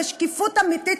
בשקיפות אמיתית,